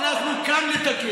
ואנחנו כאן לתקן.